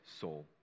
soul